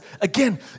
again